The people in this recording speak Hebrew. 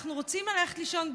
אנחנו רוצים ללכת לישון,